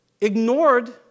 ignored